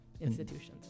institutions